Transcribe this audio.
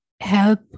help